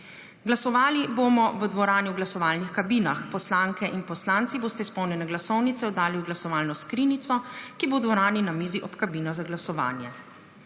Glasovali bomo v dvorani v glasovalnih kabinah. Poslanke in poslanci boste izpolnjene glasovnice oddali v glasovalno skrinjico, ki bo v dvorani na mizi ob kabinah za glasovanje.